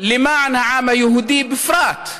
למען העם היהודי בפרט,